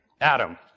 Adam